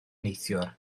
neithiwr